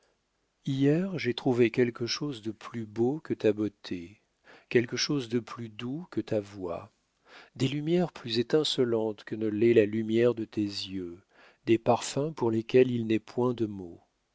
hier j'ai trouvé quelque chose de plus beau que ta beauté quelque chose de plus doux que ta voix des lumières plus étincelantes que ne l'est la lumière de tes yeux des parfums pour lesquels il n'est point de mots